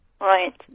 Right